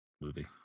movie